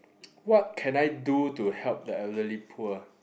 what can I do to help the elderly poor